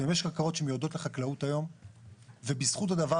שאם יש קרקעות שמיועדות לחקלאות היום ובזכות הדבר